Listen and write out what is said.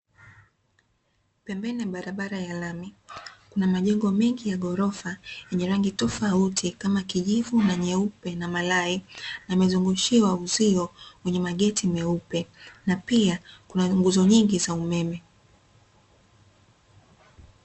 Pembeni ya barabara ya lami kuna majengo mengi ya ghorofa yenye rangi tofauti, kama kijivu na nyeupe na malai, yamezungushiwa uzio wenye mageti meupe na pia kuna nguzo nyingi za umeme.